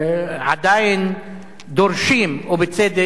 ועדיין דורשות, ובצדק,